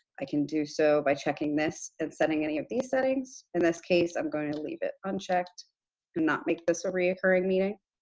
i can do so by checking this and setting any of these settings. in this case, i'm going to leave it unchecked and not make this a reoccurring meeting.